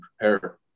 prepare